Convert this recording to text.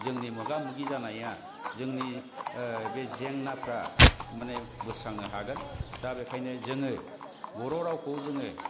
जोंनि मोगा मोगि जानाया जोंनि ओ बे जेंनाफ्रा माने बोस्रांनो हागोन दा बेखायनो जोङो बर' रावखौ जोङो